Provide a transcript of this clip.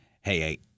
hey